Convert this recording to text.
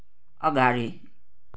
अगाडि